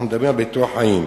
אנחנו מדברים על ביטוח חיים.